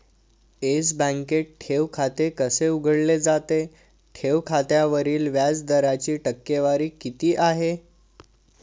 Yes बँकेत ठेव खाते कसे उघडले जाते? ठेव खात्यावरील व्याज दराची टक्केवारी किती आहे?